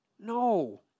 No